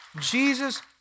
Jesus